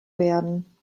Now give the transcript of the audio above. werden